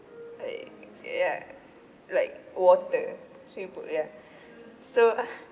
like ya like water swimming pool ya so